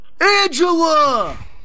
Angela